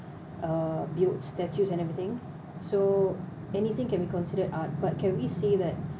uh build statues and everything so anything can be considered art but can we say that